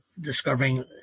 discovering